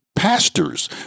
pastors